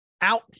out